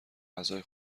غذای